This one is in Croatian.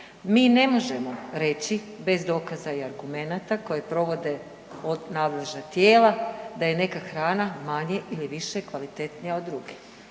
Mi ne možemo reći bez dokaza i argumenata koje provode nadležna tijela da je neka hrana manje ili više kvalitetnija od druge.